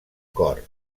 cor